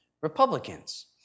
Republicans